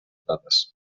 dades